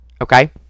okay